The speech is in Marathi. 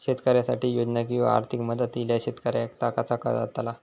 शेतकऱ्यांसाठी योजना किंवा आर्थिक मदत इल्यास शेतकऱ्यांका ता कसा कळतला?